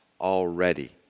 already